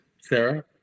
Sarah